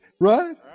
Right